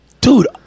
Dude